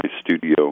studio